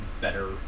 better